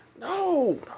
no